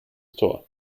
store